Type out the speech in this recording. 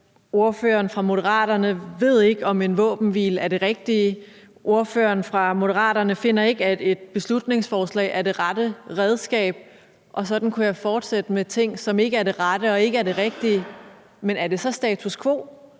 ordføreren for Moderaterne ved ikke, om en våbenhvile er det rigtige, og ordføreren for Moderaterne finder ikke, at et beslutningsforslag er det rette redskab. Og sådan kunne jeg fortsætte med ting, som ikke er det rette og ikke er det rigtige. Men er det rigtige så status quo?